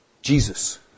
Jesus